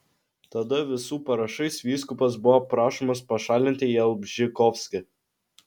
tada visų parašais vyskupas buvo prašomas pašalinti jalbžykovskį